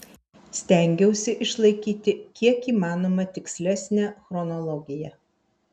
stengiausi išlaikyti kiek įmanoma tikslesnę chronologiją